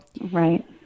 right